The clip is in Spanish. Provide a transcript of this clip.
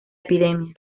epidemia